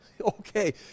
Okay